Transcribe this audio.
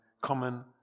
common